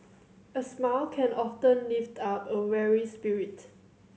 a smile can often lift up a weary spirit